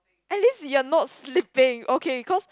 at least you are not sleeping okay cause